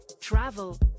travel